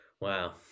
wow